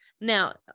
Now